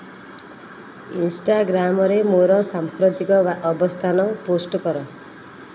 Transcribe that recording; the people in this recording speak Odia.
ଇନଷ୍ଟାଗ୍ରାମରେ ମୋର ସାମ୍ପ୍ରତିକ ଅବସ୍ଥାନ ପୋଷ୍ଟ କର